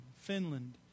Finland